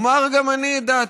אומר גם אני את דעתי.